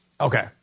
Okay